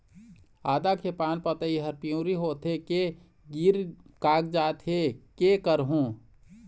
आदा के पान पतई हर पिवरी होथे के गिर कागजात हे, कै करहूं?